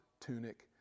tunic